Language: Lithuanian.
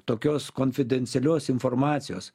tokios konfidencialios informacijos